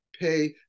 pay